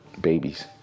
babies